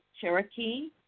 Cherokee